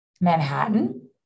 Manhattan